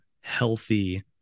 healthy